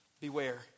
Beware